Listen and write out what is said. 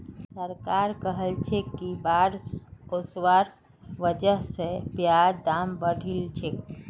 सरकार कहलछेक कि बाढ़ ओसवार वजह स प्याजेर दाम बढ़िलछेक